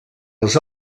les